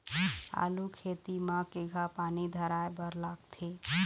आलू खेती म केघा पानी धराए बर लागथे?